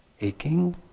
aching